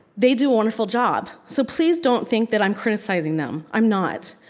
they do a wonderful job. so please don't think that i'm criticizing them, i'm not.